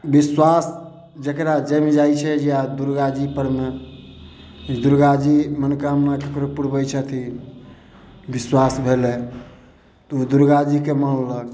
बिश्वास जेकरा जमि जाइ छै जे दुर्गा जी पर मे दुर्गा जी मनोकामना ककरो पुरबै छथिन बिश्वास भेलै तऽ ओ दुर्गा जीके मानलक